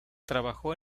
trabajó